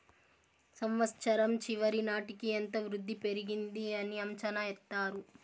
సంవచ్చరం చివరి నాటికి ఎంత వృద్ధి పెరిగింది అని అంచనా ఎత్తారు